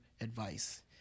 advice